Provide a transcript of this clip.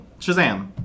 Shazam